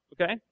Okay